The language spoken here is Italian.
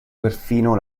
perfino